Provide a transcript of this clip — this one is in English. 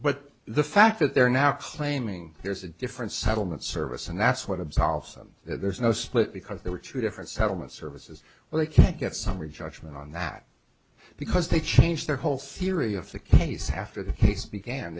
but the fact that they're now claiming there's a different settlement service and that's what absolves them that there's no split because there were two different settlement services well they can't get summary judgment on that because they changed their whole theory of the case after the case began